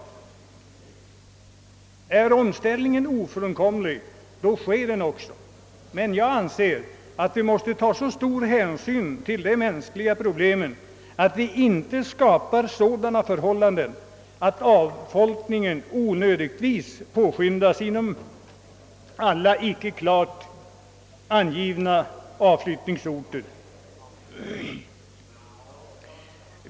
är denna omställning ofrånkomlig, så kommer den att ske, men jag anser att vi måste ta så stor hänsyn till de mänskliga problemen att vi inte onödigtvis påskyndar avfolkningen av glesbygdsområden, som inte utan vidare bör betraktas som avflyttningsområden.